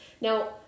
now